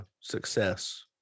success